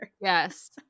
Yes